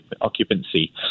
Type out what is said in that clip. occupancy